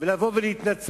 ואז לבוא ולהתנצל,